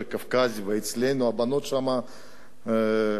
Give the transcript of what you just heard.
ואצלנו הבנות שם לא שירתו.